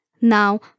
Now